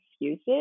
excuses